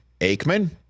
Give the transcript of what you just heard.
Aikman